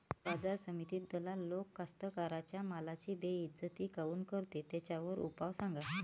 बाजार समितीत दलाल लोक कास्ताकाराच्या मालाची बेइज्जती काऊन करते? त्याच्यावर उपाव सांगा